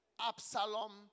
Absalom